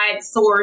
source